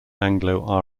anglo